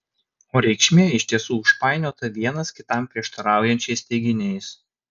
o reikšmė iš tiesų užpainiota vienas kitam prieštaraujančiais teiginiais